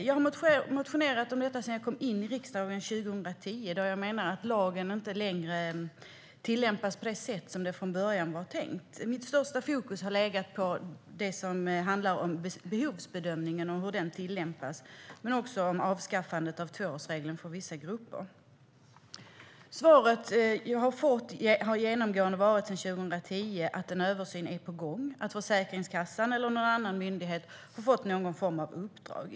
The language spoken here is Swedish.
Jag har motionerat om detta sedan jag kom in i riksdagen 2010, då jag menar att lagen inte längre tillämpas på det sätt som från början var tänkt. Mitt främsta fokus har legat på behovsbedömningen och hur den tillämpas men också på avskaffandet av tvåårsregeln för vissa grupper. Svaret jag har fått har sedan 2010 genomgående varit att en översyn är på gång, att Försäkringskassan eller någon annan myndighet har fått någon form av uppdrag.